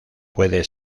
puede